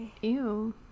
Ew